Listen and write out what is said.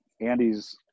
Andy's